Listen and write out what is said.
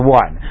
one